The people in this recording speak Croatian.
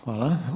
Hvala.